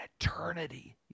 eternity